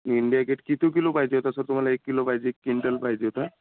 India Gate किती kilo पाहिजे होता सर तुम्हाला एक किलो पाहिजे क्विंटल पाहिजे होता